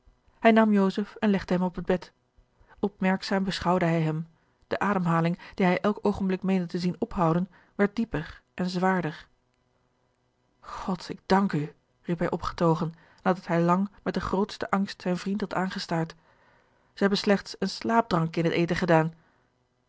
hij nam joseph en legde hem op het bed opmerkzaam beschouwde hij hem de ademhaling die hij elk oogenblik meende te zien ophouden werd dieper en zwaarder god ik dank u riep hij opgetogen nadat hij lang met den grootsten angst zijn vriend had aangestaard zij hebben slechts een slaapdrank in het eten gedaan